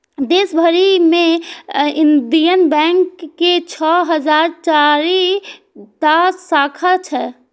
देश भरि मे इंडियन बैंक के छह हजार चारि टा शाखा छै